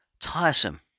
tiresome